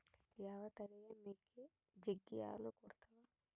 ಯಾವ ತಳಿಯ ಮೇಕೆ ಜಗ್ಗಿ ಹಾಲು ಕೊಡ್ತಾವ?